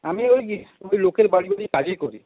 আমি ওই লোকের বাড়িতে কাজই করি